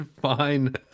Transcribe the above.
fine